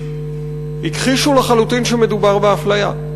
הכחישו לחלוטין שמדובר באפליה.